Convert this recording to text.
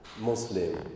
Muslim